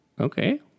Okay